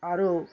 ଆରୁ